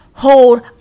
Hold